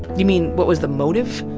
you mean, what was the motive.